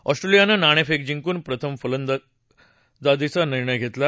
ऑस्ट्रेलियानं नाणेफेक जिंकून प्रथम फलंदाजीचा करायचा निर्णय घेतला